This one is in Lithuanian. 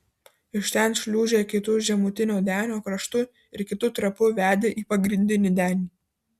iš ten šliūžė kitu žemutinio denio kraštu ir kitu trapu vedė į pagrindinį denį